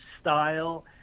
style